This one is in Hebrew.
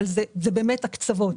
אבל אלה באמת הקצוות.